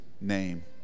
name